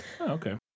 Okay